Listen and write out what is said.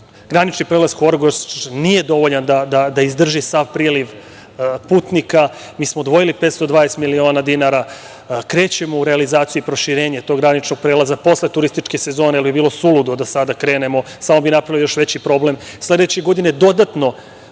granični prelaz Horgoš nije dovoljan da izdrži sav priliv putnika, mi smo odvojili 520 miliona dinara, krećemo u realizaciju i proširenje tog graničnog prelaza posle turističke sezone, jel je bilo suludo da sada krenemo, samo bi napravili još veći problem, sledeće godine dodatno